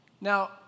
Now